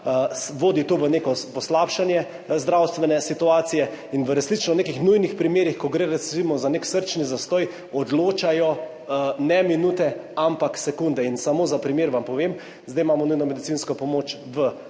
vodi v neko poslabšanje zdravstvene situacije in v resnično nujnih primerih, ko gre recimo za srčni zastoj, odločajo ne minute, ampak sekunde. In samo za primer vam povem, zdaj imamo nujno medicinsko pomoč v